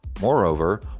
Moreover